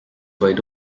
vaid